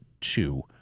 two